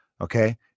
Okay